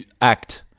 act